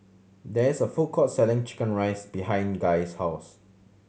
there is a food court selling chicken rice behind Guy's house